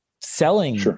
selling